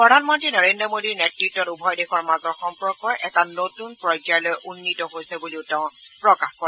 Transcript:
প্ৰধান মন্ত্ৰী নৰেন্দ্ৰ মোডীৰ নেত্ৰত্ত উভয় দেশৰ মাজৰ সম্পৰ্ক এটা নতুন পৰ্যায়লৈ উন্নীত হৈছে বুলিও তেওঁ প্ৰকাশ কৰে